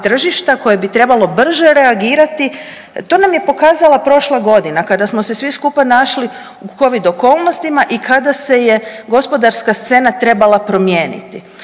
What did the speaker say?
koje bi trebalo brže reagirati, to nam je pokazala prošla godina kada smo se svi skupa našli u Covid okolnostima i kada se je gospodarska scena trebala promijeniti.